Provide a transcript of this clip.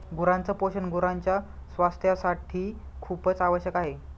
गुरांच पोषण गुरांच्या स्वास्थासाठी खूपच आवश्यक आहे